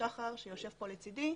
שחר שיושב כאן לצדי,